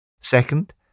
Second